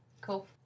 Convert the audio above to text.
Cool